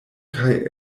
kaj